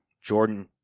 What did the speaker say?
Jordan